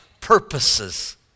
purposes